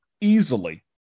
easily